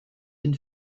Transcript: den